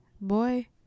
Boy